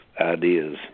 ideas